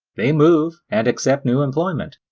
they move and accept new employment.